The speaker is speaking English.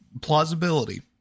plausibility